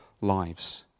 lives